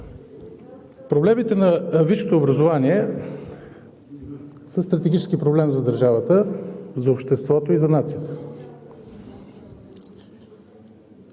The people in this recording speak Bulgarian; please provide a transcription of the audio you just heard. Проблемите на висшето образование са стратегически проблем за държавата, за обществото и за нацията.